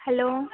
hello